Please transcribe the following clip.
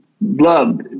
Love